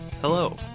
Hello